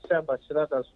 sebas švedas